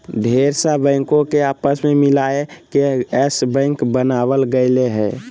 ढेर सा बैंको के आपस मे मिलाय के यस बैक बनावल गेलय हें